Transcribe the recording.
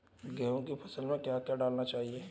गेहूँ की फसल में क्या क्या डालना चाहिए?